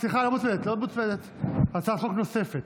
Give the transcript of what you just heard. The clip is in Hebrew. סליחה, לא מוצמדת, הצעת חוק נוספת: